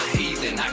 heathen